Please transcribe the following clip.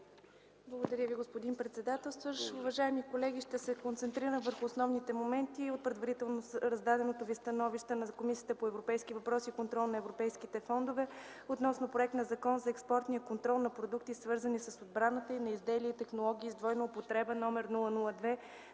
Благодаря Ви, господин председателстващ. Уважаеми колеги, ще се концентрирам върху основните моменти от предварително раздаденото ви становище на Комисията по европейските въпроси и контрол на европейските фондове относно Законопроект за експортния контрол на продукти, свързани с отбраната, и на изделия и технологии с двойна употреба №